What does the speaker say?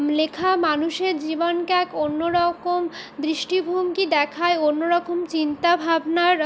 লেখা মানুষের জীবনকে এক অন্য রকম দৃষ্টিভঙ্গি দেখায় অন্য রকম চিন্তা ভাবনার